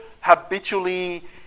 habitually